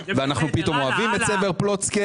אנחנו פתאום אוהבים את סבר פלוצקר.